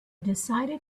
decided